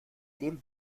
dem